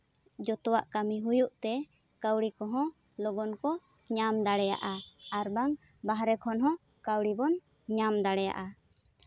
ᱡᱚᱛᱚᱣᱟᱜ ᱠᱟᱹᱢᱤ ᱦᱩᱭᱩᱜ ᱛᱮ ᱠᱟᱹᱣᱰᱤ ᱠᱚᱦᱚᱸ ᱞᱚᱜᱚᱱ ᱠᱚ ᱧᱟᱢ ᱫᱟᱲᱮᱭᱟᱜᱼᱟ ᱟᱨ ᱵᱟᱝ ᱵᱟᱦᱨᱮ ᱠᱷᱚᱱ ᱦᱚᱸ ᱠᱟᱹᱣᱰᱤ ᱵᱚᱱ ᱧᱟᱢ ᱫᱟᱲᱮᱭᱟᱜᱼᱟ